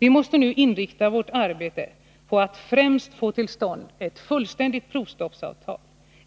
Vi måste nu inrikta vårt arbete på att främst få till stånd